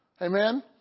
Amen